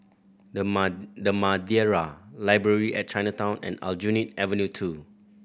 The The Madeira Library at Chinatown and Aljunied Avenue Two